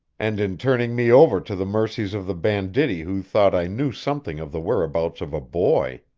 and in turning me over to the mercies of the banditti who thought i knew something of the whereabouts of a boy.